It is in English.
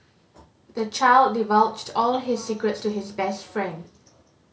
the child divulged all his secrets to his best friend